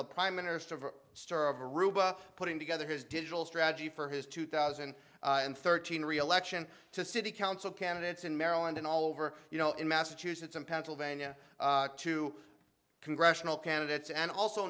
aruba putting together his digital strategy for his two thousand and thirteen reelection to city council candidates in maryland and all over you know in massachusetts and pennsylvania to congressional candidates and also